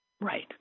Right